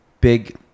big